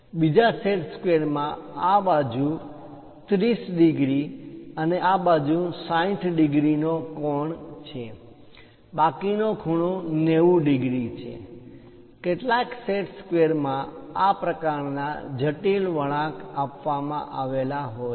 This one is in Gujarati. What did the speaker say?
બીજા સેટ સ્ક્વેર માં આ બાજુ 30 ડિગ્રી અને આ બાજુ 60 ડિગ્રી નો કોણ ખૂણો છે બાકીનો ખૂણો 90 ડિગ્રી છે કેટલાક સેટ સ્ક્વેર માં આ પ્રકારના જટિલ વળાંક આપવામા આવેલા હોય છે